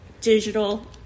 digital